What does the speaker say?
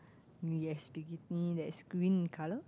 yes bikini that's green in colour